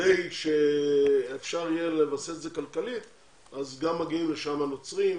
כדי שאפשר יהיה לבסס את זה כלכלית אז גם מגיעים לשם נוצרים ומוסלמים.